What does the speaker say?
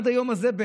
עד היום הזה,